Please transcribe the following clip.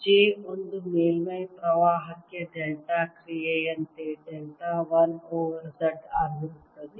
j ಒಂದು ಮೇಲ್ಮೈ ಪ್ರವಾಹಕ್ಕೆ ಡೆಲ್ಟಾ ಕ್ರಿಯೆಯಂತೆ ಡೆಲ್ಟಾ 1 ಓವರ್ z ಆಗಿರುತ್ತದೆ